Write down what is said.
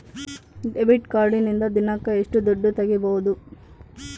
Debit ಕಾರ್ಡಿನಿಂದ ದಿನಕ್ಕ ಎಷ್ಟು ದುಡ್ಡು ತಗಿಬಹುದು?